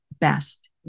best